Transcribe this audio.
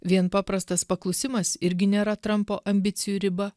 vien paprastas paklusimas irgi nėra trampo ambicijų riba